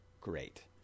great